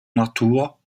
natur